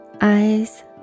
eyes